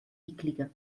ekliger